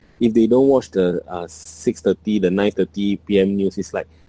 if they don't watch the uh six thirty the nine thirty P_M news is like